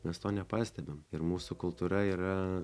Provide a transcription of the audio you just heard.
mes to nepastebim ir mūsų kultūra yra